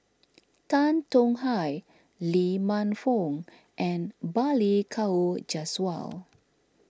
Tan Tong Hye Lee Man Fong and Balli Kaur Jaswal